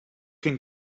can